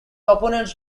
opponents